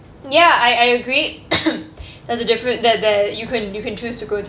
yeah I I agree there's a different there there you can you can choose to go to